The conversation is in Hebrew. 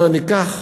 ניקח